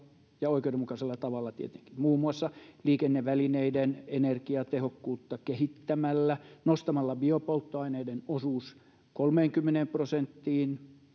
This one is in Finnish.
ja oikeudenmukaisella tavalla tietenkin muun muassa liikennevälineiden energiatehokkuutta kehittämällä nostamalla biopolttoaineiden osuus kolmeenkymmeneen prosenttiin